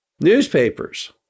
Newspapers